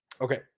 Okay